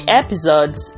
episodes